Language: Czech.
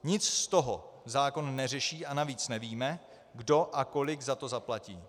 Nic z toho zákon neřeší a navíc nevíme, kdo a kolik za to zaplatí.